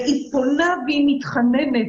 היא פונה ומתחננת.